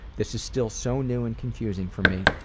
this is still so new and confusing for me,